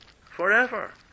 forever